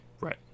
Right